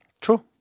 True